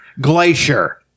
Glacier